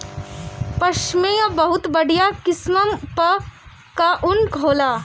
पश्मीना बहुत बढ़िया किसिम कअ ऊन होला